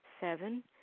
Seven